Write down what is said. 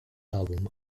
album